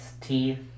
teeth